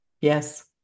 yes